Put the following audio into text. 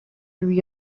through